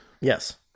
Yes